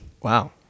Wow